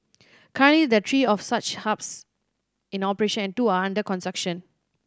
currently there are three of such hubs in operation and two are under construction